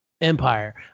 empire